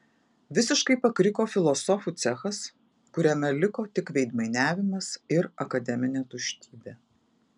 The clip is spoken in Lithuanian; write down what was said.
visiškai pakriko filosofų cechas kuriame liko tik veidmainiavimas ir akademinė tuštybė